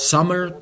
Summer